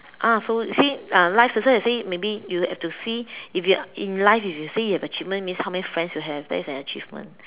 ah so you see ah life that's why I say maybe you have to see if you in life if you say you have achievement that means how many friends you have that is an achievement